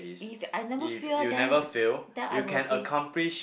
if I never fear them then I'll be